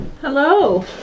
Hello